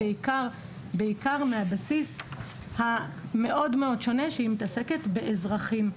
בעיקר מהבסיס המאוד מאוד שונה שהיא מתעסקת באזרחים.